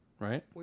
Right